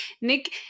Nick